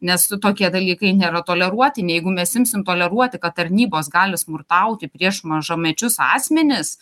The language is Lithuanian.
nes tokie dalykai nėra toleruotini jeigu mes imsim toleruoti kad tarnybos gali smurtauti prieš mažamečius asmenis